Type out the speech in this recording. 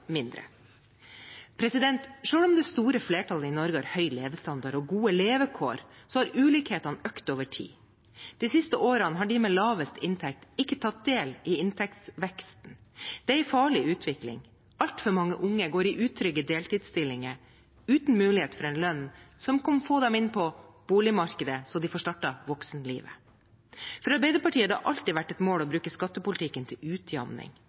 mindre. Selv om det store flertallet i Norge har høy levestandard og gode levekår, har ulikhetene økt over tid. De siste årene har de med lavest inntekt ikke tatt del i inntektsveksten. Det er en farlig utvikling. Altfor mange unge går til utrygge deltidsstillinger uten mulighet for en lønn som kan få dem inn på boligmarkedet, så de får startet voksenlivet. For Arbeiderpartiet har det alltid vært et mål å bruke skattepolitikken til utjamning.